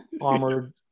armored